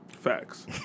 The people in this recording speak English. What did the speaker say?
Facts